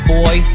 boy